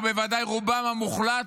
ובוודאי רובם המוחלט,